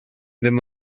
ddim